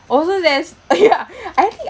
also there's uh ya I think